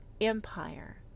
empire